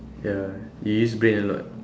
ya it use brain a lot